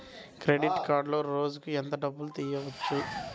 Credit కార్డులో రోజుకు ఎంత డబ్బులు తీయవచ్చు?